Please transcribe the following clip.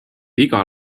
iga